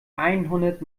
einhundert